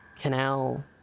canal